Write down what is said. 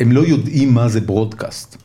הם לא יודעים מה זה ברודקאסט.